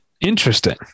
Interesting